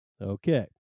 Okay